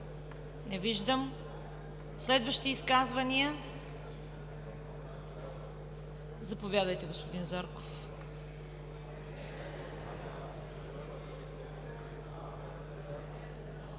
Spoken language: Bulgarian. Не виждам. Следващи изказвания? Заповядайте, господин Зарков.